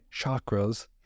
chakras